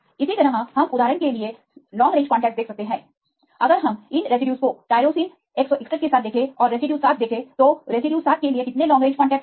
इसी तरह हम उदाहरण के लिए सॉर्ट लॉन्ग रेंज कॉन्टैक्ट्स देख सकते हैं अगर हम इन अवशेषों को टाइरोसिन 161 के साथ 6 सही देखें और रेसिड्यू 7 देखें तो रेजीड्यू 7 के लिए कितने लॉन्ग रेंज कॉन्टैक्ट्स हैं